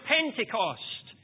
Pentecost